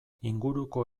inguruko